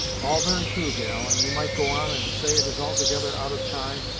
all very true, gal, and you might go on and say it is altogether out of time,